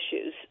issues